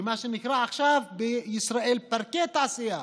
מה שנקרא עכשיו בישראל פארקי תעשייה.